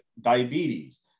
diabetes